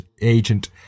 agent